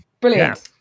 brilliant